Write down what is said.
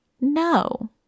no